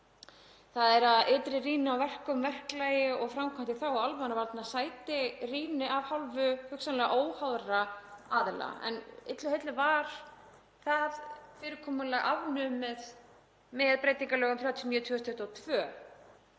þ.e. að ytri rýni á verkum, verklagi og framkvæmd í þágu almannavarna sæti rýni af hálfu hugsanlega óháðra aðila, en illu heilli var það fyrirkomulag afnumið með breytingalögum nr. 30/2022.